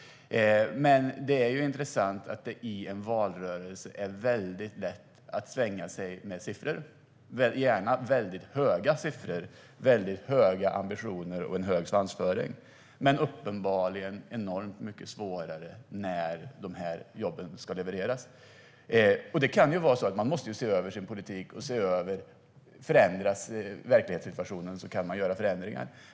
Men det är intressant att det i en valrörelse är väldigt lätt att svänga sig med siffror - gärna väldigt höga siffror, höga ambitioner och en hög svansföring - men uppenbarligen är enormt mycket svårare när jobben ska levereras. Det kan vara så att man måste se över sin politik - förändras verkligheten kan man göra förändringar.